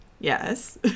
Yes